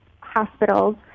hospitals